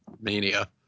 Mania